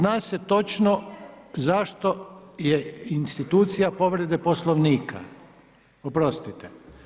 Zna se točno zašto je institucija povrede poslovnika, oprostite.